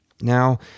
Now